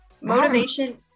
motivation